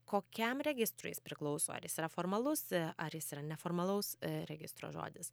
kokiam registrui jis priklauso ar jis yra formalus ar jis yra neformalaus registro žodis